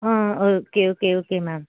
ah okay okay okay ma'am